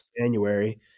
January